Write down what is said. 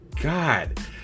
God